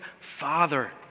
father